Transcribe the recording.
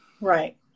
Right